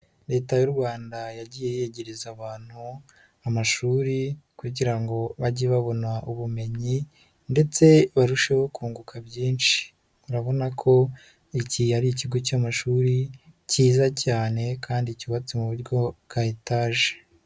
Leta y'u Rwanda yagiye yegereza abantu amashuri kugira ngo bajye babona ubumenyi ndetse barusheho kunguka byinshi. Urabona ko iki ari ikigo cy'amashuri kiza cyane kandi cyubatse mu buryo bwa etaje.